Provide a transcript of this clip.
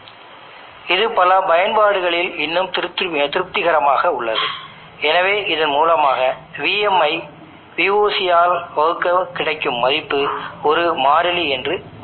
எனவே இது புதிய இன்சுலேஷனுக்காக எனவே எந்தஇன்சுலேஷனுக்கும் இந்த வகை வளைவுகள் இருக்கும்